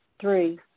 Three